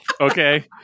Okay